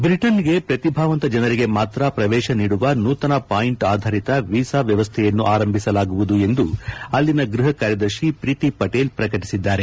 ಬ್ರಿಟನ್ಗೆ ಪ್ರತಿಭಾವಂತ ಜನರಿಗೆ ಮಾತ್ರ ಪ್ರವೇಶ ನೀಡುವ ನೂತನ ಪಾಯಿಂಟ್ ಆಧಾರಿತ ವಿಸಾ ವ್ಲವಸ್ನೆಯನ್ನು ಆರಂಭಿಸಲಾಗುವುದು ಎಂದು ಅಲ್ಲಿಯ ಗ್ರ್ವಹ ಕಾರ್ಯದರ್ಶಿ ಪ್ರೀತಿ ಪಟೇಲ್ ಪ್ರಕಟಿಸಿದ್ದಾರೆ